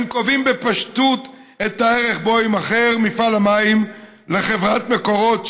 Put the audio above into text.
הם קובעים בפשטות את הערך שבו יימכר מפעל מים לחברת מקורות,